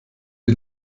die